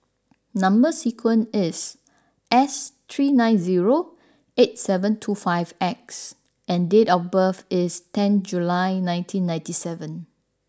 number sequence is S three nine zero eight seven two five X and date of birth is ten July nineteen ninety seven